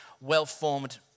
well-formed